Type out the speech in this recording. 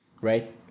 right